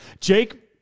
jake